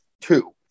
Two